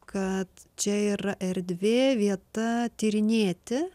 kad čia yra erdvė vieta tyrinėti